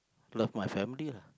love my family ah